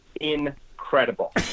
incredible